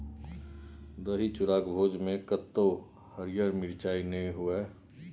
दही चूड़ाक भोजमे कतहु हरियर मिरचाइ नै होए